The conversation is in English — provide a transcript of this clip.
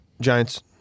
Giants